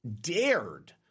dared